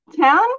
Town